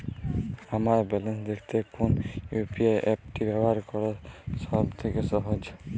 আমার ব্যালান্স দেখতে কোন ইউ.পি.আই অ্যাপটি ব্যবহার করা সব থেকে সহজ?